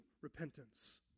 repentance